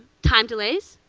time delays,